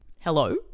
hello